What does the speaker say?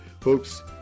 Folks